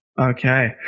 Okay